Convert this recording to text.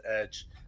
edge